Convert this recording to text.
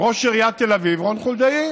מראש עיריית תל אביב רון חולדאי.